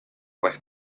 pues